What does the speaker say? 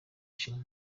ishinga